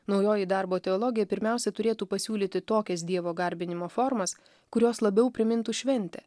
naujoji darbo teologija pirmiausia turėtų pasiūlyti tokias dievo garbinimo formas kurios labiau primintų šventę